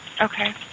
Okay